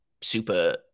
super